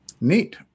Neat